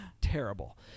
terrible